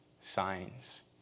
signs